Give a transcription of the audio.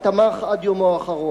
שבה תמך עד יומו האחרון.